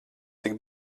tik